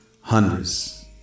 hundreds